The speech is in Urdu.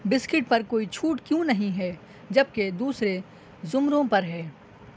بسکٹ پر کوئی چھوٹ کیوں نہیں ہے جبکہ دوسرے زمروں پر ہے